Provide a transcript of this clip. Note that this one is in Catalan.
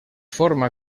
forma